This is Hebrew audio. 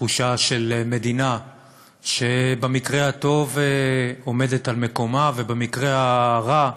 של מדינה שבמקרה הטוב עומדת על מקומה, ובמקרה הרע,